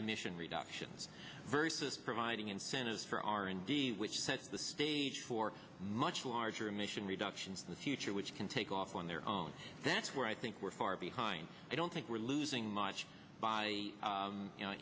emission reductions versus providing incentives for r and d which sets the stage for much larger emission reductions with future which can take off on their own that's where i think we're far behind i don't think we're losing much by you know